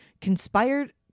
conspired